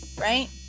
right